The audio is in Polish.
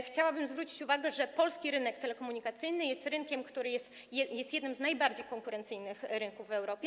Chciałabym zwrócić uwagę, że Polski rynek telekomunikacyjny jest rynkiem, który jest jednym z najbardziej konkurencyjnych rynków w Europie.